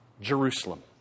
Jerusalem